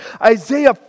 Isaiah